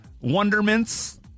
wonderments